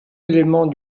élément